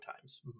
times